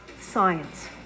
Science